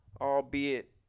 albeit